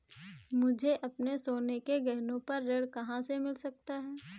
मुझे अपने सोने के गहनों पर ऋण कहाँ से मिल सकता है?